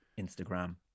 Instagram